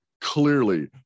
clearly